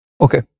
Okay